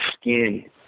skin